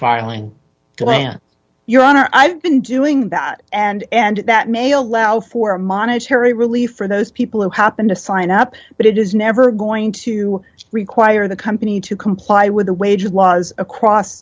filing to land your honor i've been doing that and and that may allow for a monetary relief for those people who happen to sign up but it is never going to require the company to comply with the wage laws across